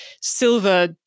silver